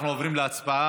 אנחנו עוברים להצבעה.